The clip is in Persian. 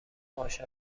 عاشق